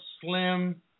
Slim